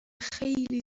خیلی